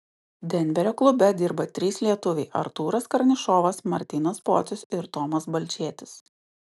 denverio klube dirba trys lietuviai artūras karnišovas martynas pocius ir tomas balčėtis